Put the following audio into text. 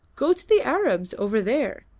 go to the arabs over there,